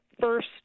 first